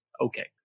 okay